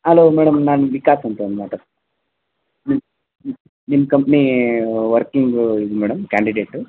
hello madam ನಾನು ವಿಕಾಸ್ ಅಂತ ಮಾತಾಡ್ ಹ್ಞೂ ಹ್ಞ್ ನಿಮ್ಮ ಕಂಪ್ನೀ ವರ್ಕಿಂಗು ಇದು ಮೇಡಮ್ ಕ್ಯಾಂಡಿಡೇಟು